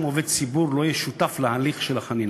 עובד ציבור לא יהיה שותף להליך של החנינה,